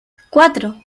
cuatro